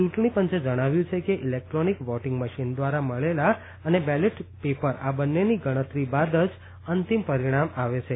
ચૂંટણી પંચે જણાવ્યું છે કે ઇલેકટ્રોનિક વોટિંગ મશીન દ્વારા મળેલા બેલેટ પેપર આ બન્નેની ગણતરી બાદ જ અંતિમ પરિણામ આવે છે